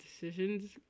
decisions